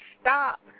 stop